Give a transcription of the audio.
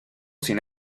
sin